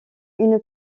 une